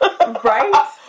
right